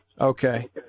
Okay